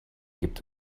gibt